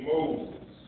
Moses